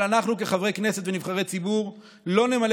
אבל אנחנו כחברי כנסת ונבחרי ציבור לא נמלא